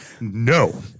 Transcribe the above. No